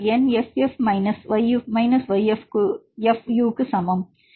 எனவே இங்கே இது yF க்கு y க்கு சமமாக மாறும்